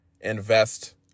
invest